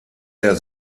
der